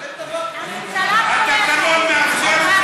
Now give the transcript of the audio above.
לא,